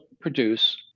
produce